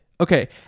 Okay